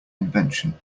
invention